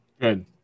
Good